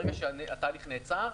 ברגע שהתהליך נעצר,